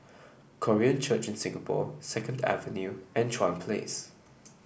Korean Church in Singapore Second Avenue and Chuan Place